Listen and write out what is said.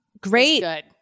great